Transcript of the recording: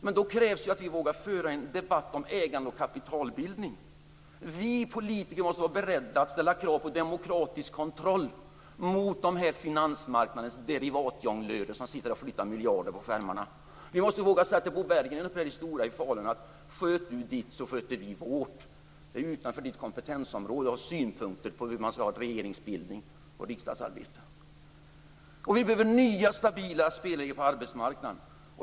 Men då krävs det att vi vågar föra en debatt om ägande och kapitalbildning. Vi politiker måste vara beredda att ställa krav på demokratisk kontroll gentemot finansmarknadens derivatjonglörer som sitter och flyttar miljarder på skärmarna. Vi måste våga säga till Bo Berggren på Stora i Falun att: "Sköt du ditt, så sköter vi vårt. Det är utanför ditt kompetensområde att ha synpunkter på hur man skall sköta regeringsbildningen och riksdagsarbetet." Vi behöver nya stabila spelregler på arbetsmarknaden.